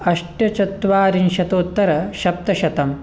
अष्टचत्वारिंशतोत्तरसप्तशतं